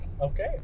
okay